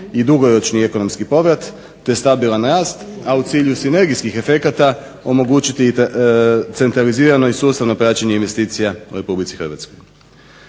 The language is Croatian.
i dugoročni ekonomski povrat te stabilan rast, a u cilju sinergijskih efekata omogućiti centralizirano i sustavno praćenje investicija u RH.